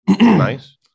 Nice